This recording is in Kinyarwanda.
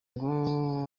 ngo